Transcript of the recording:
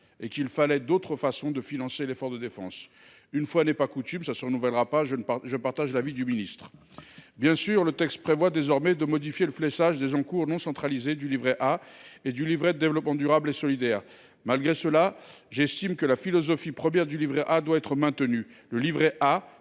et qu’il fallait trouver d’autres façons de financer l’effort de défense. Une fois n’est pas coutume, je partage l’avis du ministre. Le texte prévoit désormais de modifier le fléchage des encours non centralisés du livret A et du livret de développement durable et solidaire. Malgré cela, j’estime que la philosophie première du livret A doit être maintenue : celui